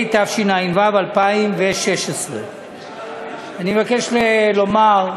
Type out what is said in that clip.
התשע"ו 2016. אני מבקש לומר,